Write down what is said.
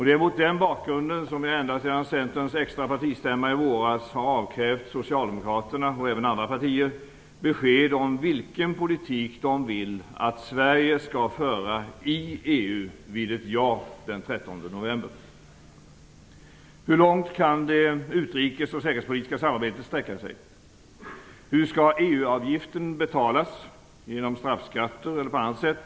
Det är mot den bakgrunden som jag ända sedan Centerns extra partistämma i våras har avkrävt socialdemokraterna och även andra partier besked om vilken politik de vill att Sverige skall föra i EU vid ett ja den 13 november. - Hur långt kan det utrikes och säkerhetspolitiska samarbetet sträcka sig? - Hur skall EU-avgiften betalas - genom straffskatter eller på annat sätt?